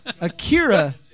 Akira